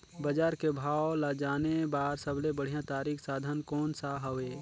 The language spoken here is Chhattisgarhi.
बजार के भाव ला जाने बार सबले बढ़िया तारिक साधन कोन सा हवय?